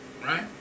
Right